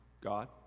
God